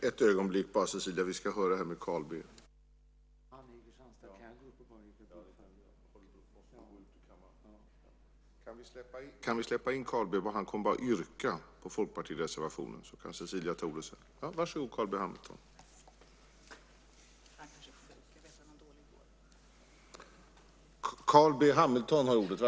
Herr talman! Johan Pehrson har dessvärre fått mässfall. Jag ber att få yrka bifall till Folkpartiets reservation 2 i denna fråga.